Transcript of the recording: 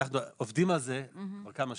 אנחנו עובדים על זה כבר כמה שנים.